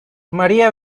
maría